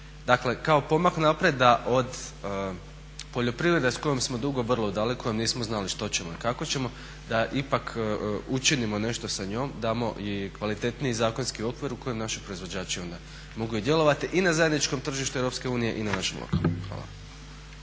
Dakle, kao pomak naprijed da od poljoprivrede s kojom smo dugo vrlo daleko jer nismo znali što ćemo i kako ćemo da ipak učinimo nešto sa njom, damo i kvalitetniji zakonski okvir u kojem naši proizvođači onda mogu i djelovati i na zajedničkom tržištu EU i na našem lokalnom. Hvala.